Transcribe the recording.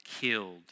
killed